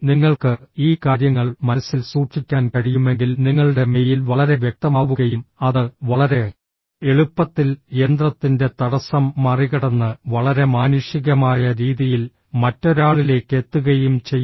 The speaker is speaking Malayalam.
നിങ്ങൾക്ക് ഈ കാര്യങ്ങൾ മനസ്സിൽ സൂക്ഷിക്കാൻ കഴിയുമെങ്കിൽ നിങ്ങളുടെ മെയിൽ വളരെ വ്യക്തമാവുകയും അത് വളരെ എളുപ്പത്തിൽ യന്ത്രത്തിന്റെ തടസ്സം മറികടന്ന് വളരെ മാനുഷികമായ രീതിയിൽ മറ്റൊരാളിലേക്ക് എത്തുകയും ചെയ്യും